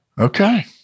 Okay